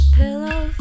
pillow